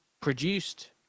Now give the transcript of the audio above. produced